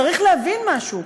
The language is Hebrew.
צריך להבין משהו: